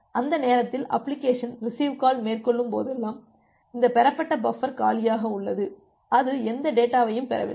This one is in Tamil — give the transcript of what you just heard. அந்த நேரத்தில் அப்ளிகேஷன் ரிசிவ் கால் மேற்கொள்ளும்போதெல்லாம் இந்த பெறப்பட்ட பஃபர் காலியாக உள்ளது அது எந்த டேட்டாவையும் பெறவில்லை